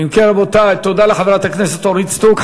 תודה לחברת הכנסת אורית סטרוק.